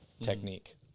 technique